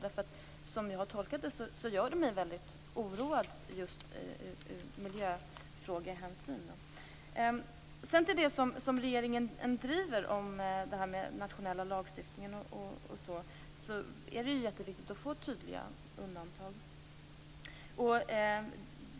Den tolkning som jag har gjort gör mig väldigt oroad just från miljöfrågehänsyn. När det sedan gäller frågan om den nationella lagstiftningen, som regeringen driver, är det viktigt att få tydliga undantag.